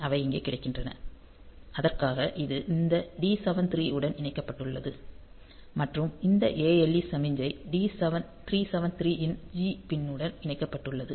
அவை இங்கே கிடைக்கின்றன அதற்காக அது இந்த 373 உடன் இணைக்கப்பட்டுள்ளது மற்றும் இந்த ALE சமிக்ஞை 373 இன் G பின் உடன் இணைக்கப்பட்டுள்ளது